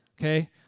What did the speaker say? Okay